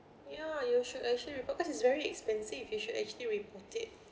ya you should actually report because it's very expensive you should actually report it